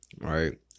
right